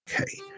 Okay